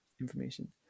information